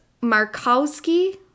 markowski